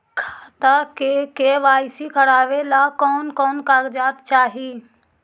खाता के के.वाई.सी करावेला कौन कौन कागजात चाही?